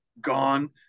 gone